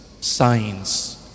signs